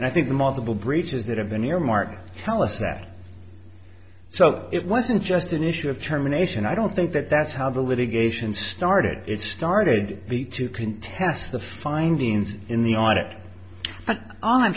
and i think the multiple breaches that have been earmarked tell us that so it wasn't just an issue of terminations i don't think that that's how the litigation started it started the two contests the findings in the audit on